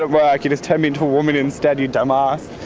ah work! you just turned me into a woman instead, you dumb-arse!